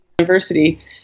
university